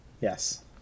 Yes